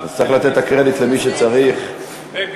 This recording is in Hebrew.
עכשיו,